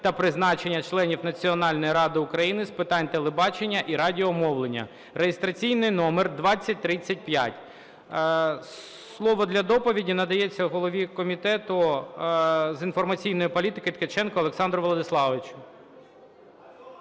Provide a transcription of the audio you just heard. та призначення членів Національної ради України з питань телебачення і радіомовлення (реєстраційний номер 2036). Слово для доповіді надається голові Комітету з інформаційної політики Ткаченку Олександру Владиславовичу.